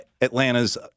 Atlanta's